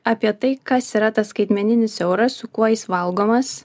apie tai kas yra tas skaitmeninis euras su kuo jis valgomas